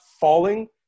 falling –